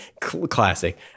classic